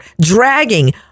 dragging